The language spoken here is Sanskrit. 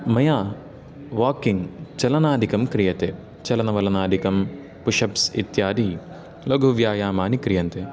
मया वाकिङ्ग् चलनादिकं क्रियते चलनवलनादिकं पुष् अप्स् इत्यादि लघुव्यायामानि क्रियन्ते